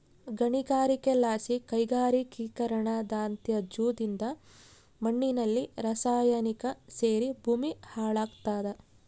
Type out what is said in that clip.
ಗಣಿಗಾರಿಕೆಲಾಸಿ ಕೈಗಾರಿಕೀಕರಣದತ್ಯಾಜ್ಯದಿಂದ ಮಣ್ಣಿನಲ್ಲಿ ರಾಸಾಯನಿಕ ಸೇರಿ ಭೂಮಿ ಹಾಳಾಗ್ತಾದ